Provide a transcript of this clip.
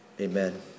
Amen